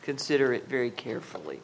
consider it very carefully